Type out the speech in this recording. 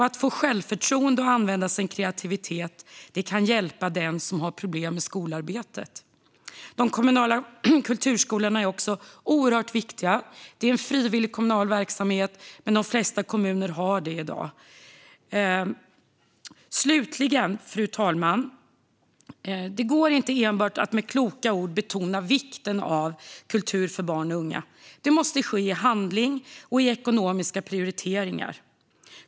Att få självförtroende och använda sin kreativitet kan hjälpa den som har problem med skolarbetet. De kommunala kulturskolorna är också oerhört viktiga. Det är en frivillig kommunal verksamhet, men de flesta kommuner har en kulturskola i dag. Fru talman! Det går inte att enbart med kloka ord betona vikten av kultur för barn och unga. Det måste ske i handling och i ekonomiska prioriteringar.